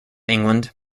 england